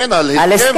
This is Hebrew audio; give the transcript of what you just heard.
כן, על הסכם.